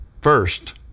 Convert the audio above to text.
first